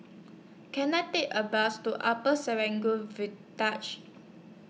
Can I Take A Bus to Upper Serangoon